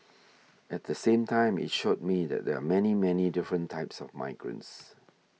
at the same time it showed me that there are many many different types of migrants